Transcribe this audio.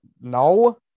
no